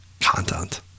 content